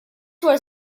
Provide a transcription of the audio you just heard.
were